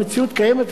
המציאות קיימת,